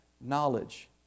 knowledge